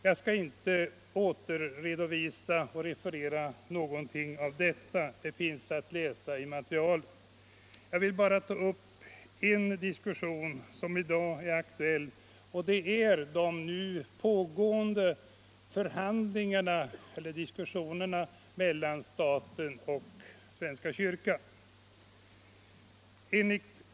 Jag skall inte referera någon del av detta. Vad jag vill ta upp till diskussion i dag är de nu pågående överläggningarna mellan staten och svenska kyrkan.